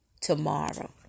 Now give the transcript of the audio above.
tomorrow